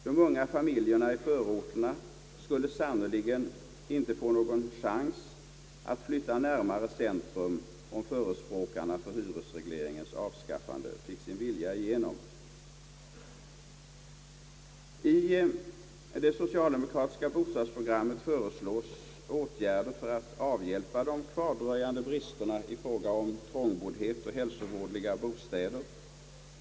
De unga familjerna i förorterna skulle sannerligen inte få någon chans att flytta närmare centrum om förespråkarna för hyresregleringens avskaffande fick sin vilja igenom. I det socialdemokratiska bostadsprogrammet föreslås åtgärder för att avhjälpa de kvardröjande bristerna i fråga om trångboddhet och hälsovådliga bostäder.